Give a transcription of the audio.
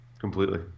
completely